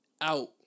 out